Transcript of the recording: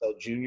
Jr